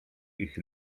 ich